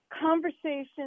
conversation